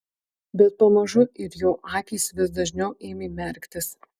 bet pamažu ir jo akys vis dažniau ėmė merktis